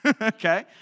Okay